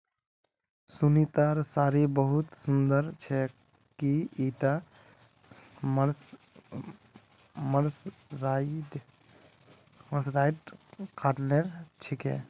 सुनीतार साड़ी बहुत सुंदर छेक, की ईटा मर्सराइज्ड कॉटनेर छिके